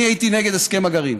אני הייתי נגד הסכם הגרעין.